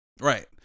Right